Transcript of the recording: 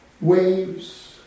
Waves